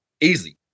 easy